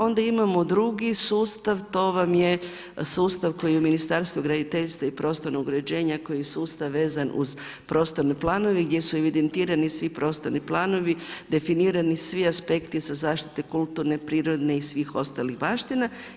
Onda imamo drugi sustav to vam je sustav koji je u Ministarstvu graditeljstva i prostornog uređenja koji je sustav vezan uz prostorne planove gdje su evidentirani svi prostorni planovi definirani svi aspekti sa zaštite kulturne prirodne i svih ostalih baština.